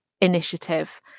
initiative